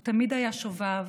הוא תמיד היה שובב,